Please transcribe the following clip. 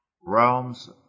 realms